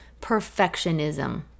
perfectionism